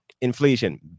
Inflation